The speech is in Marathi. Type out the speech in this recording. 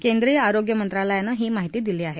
केंद्रीय आरोग्य मंत्रालयानं ही माहिती दिली आहे